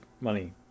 money